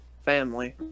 family